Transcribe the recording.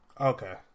Okay